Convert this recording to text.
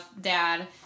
dad